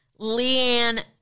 Leanne